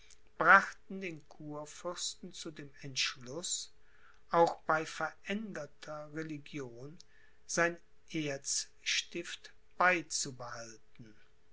brachten den kurfürsten zu dem entschluß auch bei veränderter religion sein erzstift beizubehalten